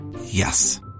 Yes